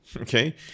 Okay